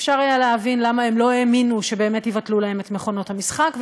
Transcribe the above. אפשר היה להבין למה הם לא האמינו שבאמת יבטלו להם את מכונות המשחק,